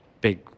big